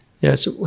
Yes